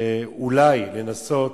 אולי לנסות